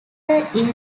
director